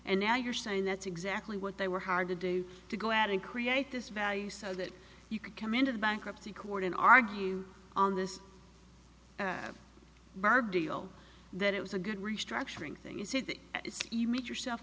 and now you're saying that's exactly what they were hard to do to go out and create this value so that you could come into the bankruptcy court in our view on this bird deal that it was a good restructuring thing you said that you made yourself